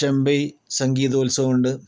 Chembai സംഗീതോത്സവമുണ്ട്